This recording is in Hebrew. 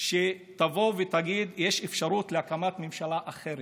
שתבוא ותגיד שיש אפשרות להקמת ממשלה אחרת,